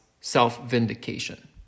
self-vindication